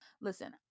Listen